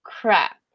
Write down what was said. crap